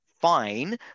Fine